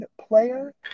player